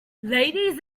ladies